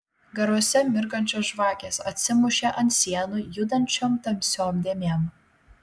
garuose mirgančios žvakės atsimušė ant sienų judančiom tamsiom dėmėm